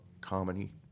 comedy